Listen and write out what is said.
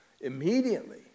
immediately